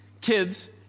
kids